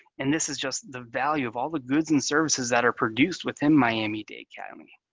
and this is just the value of all the goods and services that are produced within miami-dade county.